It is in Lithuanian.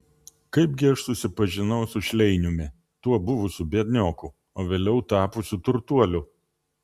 kaipgi aš susipažinau su šleiniumi tuo buvusiu biednioku o vėliau tapusiu turtuoliu